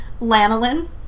Lanolin